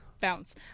Bounce